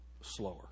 slower